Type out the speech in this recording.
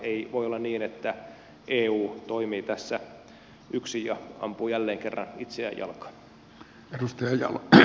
ei voi olla niin että eu toimii tässä yksin ja ampuu jälleen kerran itseään jalkaan